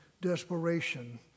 desperation